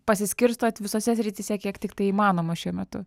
pasiskirstot visose srityse kiek tiktai įmanoma šiuo metu